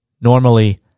Normally